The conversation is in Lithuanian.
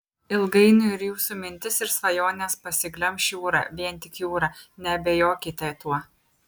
ilgainiui ir jūsų mintis ir svajones pasiglemš jūra vien tik jūra neabejokite tuo